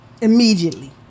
immediately